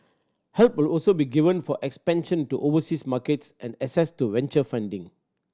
help will also be given for expansion to overseas markets and access to venture funding